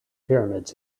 pyramids